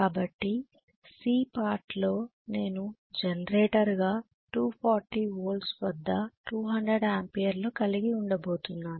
కాబట్టి C పార్ట్లో నేను జనరేటర్గా 240 వోల్ట్ల వద్ద 200 ఆంపియర్లను కలిగి ఉండబోతున్నాను